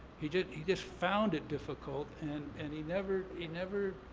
he just he just found it difficult and and he never, he never,